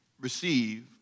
receive